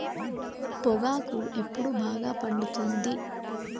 పొగాకు ఎప్పుడు బాగా పండుతుంది?